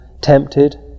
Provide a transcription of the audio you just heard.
tempted